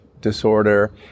disorder